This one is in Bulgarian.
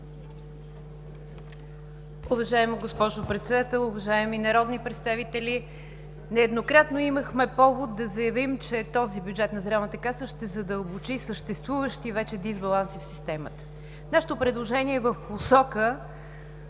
Уважаема госпожо Председател, уважаеми народни представители! Нееднократно имахме повод да заявим, че този бюджет на Здравната каса ще задълбочи съществуващия вече дисбаланс в системата. Нашето предложение е в посока